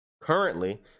Currently